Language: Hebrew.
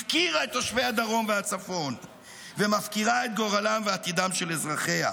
הפקירה את תושבי הדרום והצפון ומפקירה את גורלם ועתידם של אזרחיה.